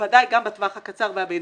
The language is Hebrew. בוודאי גם בטווח הקצר והבינוני,